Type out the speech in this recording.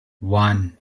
one